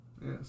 Yes